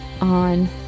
on